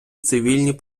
цивільні